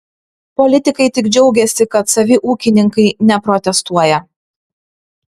politikai tik džiaugiasi kad savi ūkininkai neprotestuoja